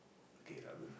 K lah good